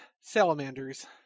Salamanders